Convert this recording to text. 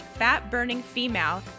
fatburningfemale